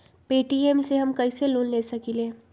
Paytm से हम कईसे लोन ले सकीले?